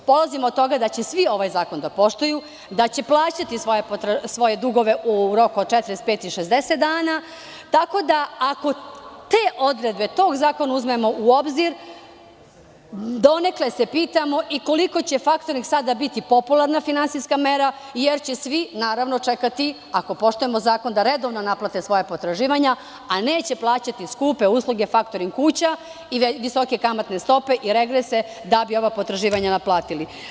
Polazimo od toga da će svi ovaj zakon da poštuju, da će plaćati svoje dugove u roku od 45 i 60 dana, tako da ako te odredbe uzmemo u obzir, donekle se pitamo i koliko će faktoring sada biti popularna finansija mera, jer će svi čekati, ako poštujemo zakon, da redovno naplate svoja potraživanja a neće plaćati skupe usluge faktoring kuća i visoke kamatne stope i regrese da bi ova potraživanja naplatili.